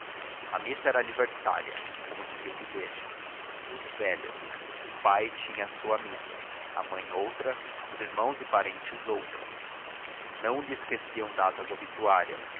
a missa era aniversária como dizia o bilhete uso velho o pai tinha a sua missa a mãe outra os irmãos e parentes outras não lhe esqueciam datas obituárias